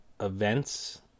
events